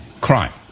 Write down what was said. Crime